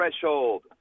Threshold